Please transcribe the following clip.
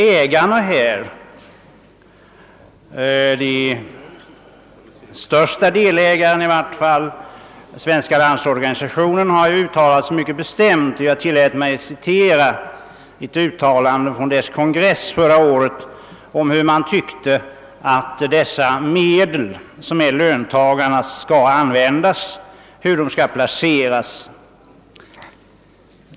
Svenska landsorganisationen som företräder de flesta ägarna, har ju uttalat sig mycket bestämt — jag tillät mig citera ett uttalande från dess kongress förra året — om hur man tycker att dessa medel, som är löntagarnas, skall placeras.